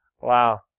Wow